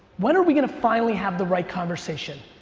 when are we gonna finally have the right conversation?